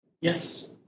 Yes